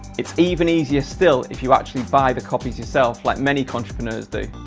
it's even easier still if you actually buy the copies yourself like many contrepreneur's do.